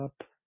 up